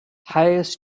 hires